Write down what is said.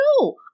no